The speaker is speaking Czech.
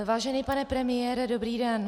Vážený pane premiére, dobrý den.